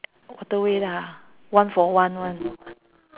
waterway lah one for one [one]